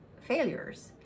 failures